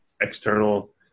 external